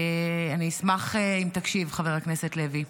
אני אשמח אם תקשיב, חבר הכנסת לוי.